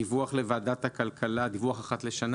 דיווח לוועדת הכלכלה אחת לשנה.